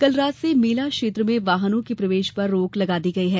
कल रात से मेला क्षेत्र में वाहनों के प्रवेश पर रोक लगा दी गई है